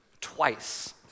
twice